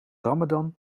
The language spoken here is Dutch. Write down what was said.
ramadan